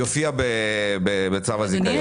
יופיע בצו הזיכיון.